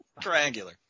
Triangular